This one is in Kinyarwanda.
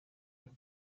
ako